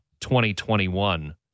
2021